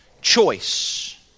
choice